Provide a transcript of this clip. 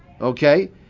Okay